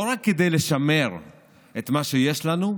לא רק כדי לשמר את מה שיש לנו,